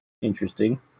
interesting